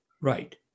right